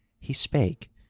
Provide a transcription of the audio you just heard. he spake,